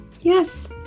Yes